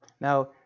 Now